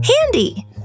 handy